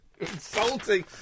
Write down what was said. Insulting